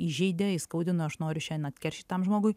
įžeidė įskaudino aš noriu šiandien atkeršyt tam žmogui